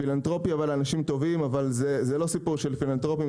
פילנתרופיה ועל אנשים טובים אבל זה לא סיפור של פילנתרופיה,